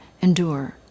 endure